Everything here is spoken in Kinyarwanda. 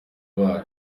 bayo